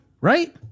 right